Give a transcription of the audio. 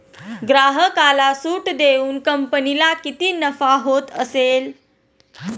ग्राहकाला सूट देऊन कंपनीला किती नफा होत असेल